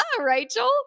Rachel